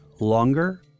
longer